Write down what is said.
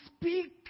speak